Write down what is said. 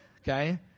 Okay